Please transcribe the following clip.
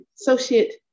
Associate